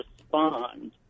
respond